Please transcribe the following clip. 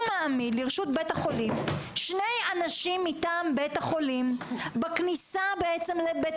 מעמיד לרשות בית החולים שני אנשים מטעם בית החולים בכניסה לבית